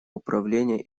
управления